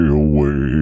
away